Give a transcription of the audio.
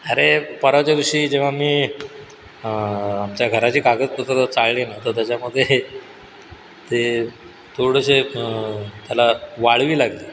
अरे परवाच्या दिवशी जेव्हा मी आमच्या घराचे कागदपत्रं चाळले नं तर त्याच्यामध्ये ते थोडंसे त्याला वाळवी लागली